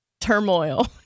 turmoil